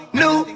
new